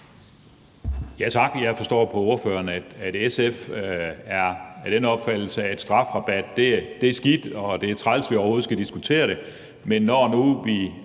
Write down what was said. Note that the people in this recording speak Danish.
Tak. Jeg forstår på ordføreren, at SF er af den opfattelse, at strafrabat er skidt, og at det er træls, at vi overhovedet skal diskutere det,